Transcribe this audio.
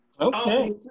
Okay